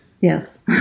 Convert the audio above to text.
yes